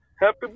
happy